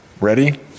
Ready